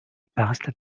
passed